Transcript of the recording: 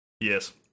yes